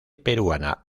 peruana